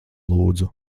lūdzu